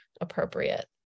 appropriate